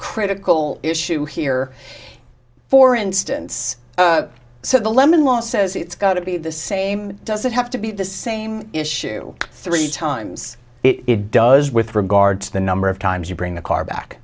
critical issue here for instance so the lemon law says it's got to be the same does it have to be the same issue three times it does with regard to the number of times you bring the car back